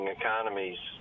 economies